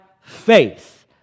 faith